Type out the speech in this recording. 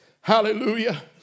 Hallelujah